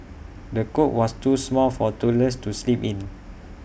the cot was too small for toddlers to sleep in